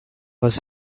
was